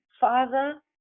Father